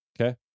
Okay